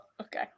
Okay